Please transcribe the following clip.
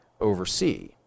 oversee